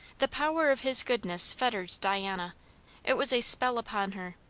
the power of his goodness fettered diana it was a spell upon her.